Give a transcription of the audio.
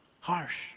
harsh